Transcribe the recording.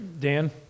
Dan